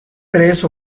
tres